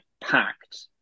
packed